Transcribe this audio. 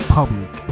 Public